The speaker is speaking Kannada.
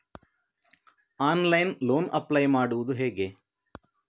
ಆನ್ಲೈನ್ ಲೋನ್ ಅಪ್ಲೈ ಮಾಡುವುದು ಹೇಗೆ?